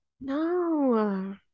no